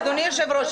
אדוני היושב-ראש,